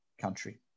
country